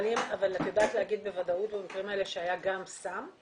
אבל את יודעת להגיד בוודאות במקרים האלה שהיה גם סם?